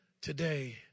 today